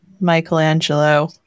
michelangelo